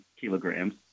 kilograms